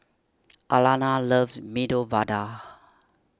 Alana loves Medu Vada